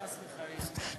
חס וחלילה.